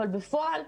אבל בפועל,